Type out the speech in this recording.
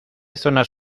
zonas